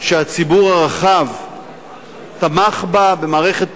שהציבור הרחב תמך בה במערכת בחירות,